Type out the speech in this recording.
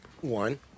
One